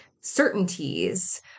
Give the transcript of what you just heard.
certainties